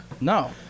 No